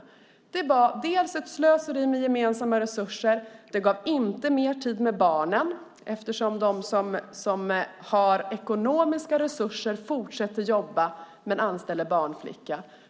Vårdnadsbidraget är dels ett slöseri med gemensamma resurser, dels ger det inte mer tid med barnen, eftersom de som har ekonomiska resurser fortsätter att jobba och anställer barnflicka.